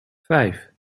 vijf